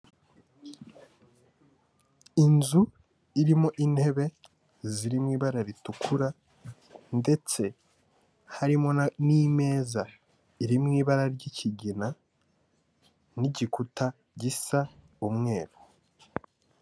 Inzu irimo intebe ziri mu ibara ritukura ndetse harimo n'imeza iri mu ibara ry'ikigina n'igikuta gisa umweru.